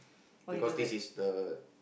because this is the